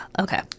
Okay